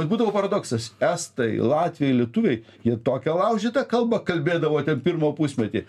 būdavo paradoksas estai latviai lietuviai jie tokia laužyta kalba kalbėdavo ten pirmą pusmetį